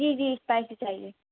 جی جی فائیو چاہیے